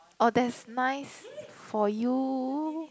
oh that's nice for you